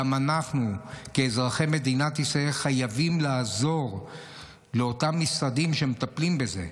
גם אנחנו כאזרחי מדינת ישראל חייבים לעזור לאותם משרדים שמטפלים בזה,